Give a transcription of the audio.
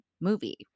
movie